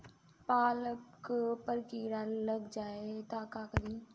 पालक पर कीड़ा लग जाए त का करी?